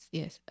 yes